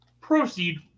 Proceed